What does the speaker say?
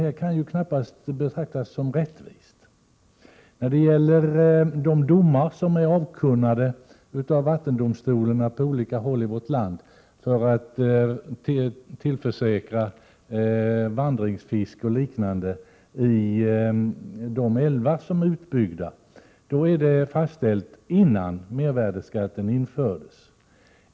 Det kan ju knappast betraktas som rättvist! De domar som är avkunnade av vattendomstolarna på olika håll i vårt land för att säkra tillgången på vandringsfisk och liknande i de älvar som är utbyggda är ofta fastställda innan mervärdeskatten infördes.